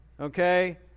Okay